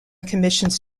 commissions